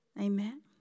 Amen